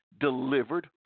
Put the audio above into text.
delivered